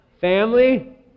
Family